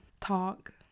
talk